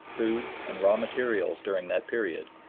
food, and raw materials during that period,